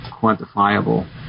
quantifiable